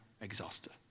exhausted